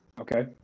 Okay